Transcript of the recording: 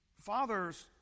fathers